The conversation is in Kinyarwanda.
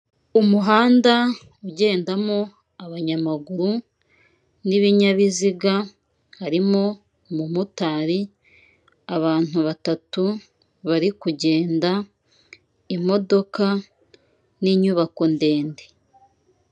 Umuhanda ugendamo abanyamaguru n'ibinyabiziga harimo umumotari, abantu batatu bari kugenda, imodoka n'inyubako ndende.